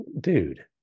dude